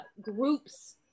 groups